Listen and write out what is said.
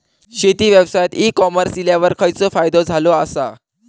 शेती व्यवसायात e commerce इल्यावर खयचो फायदो झालो आसा?